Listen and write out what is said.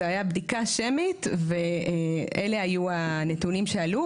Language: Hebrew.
זאת הייתה בדיקה שמית ואלו היו הנתונים שעלו.